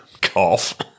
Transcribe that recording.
Cough